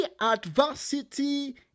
adversity